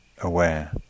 aware